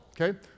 okay